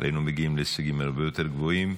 היינו מגיעים להישגים הרבה יותר גבוהים.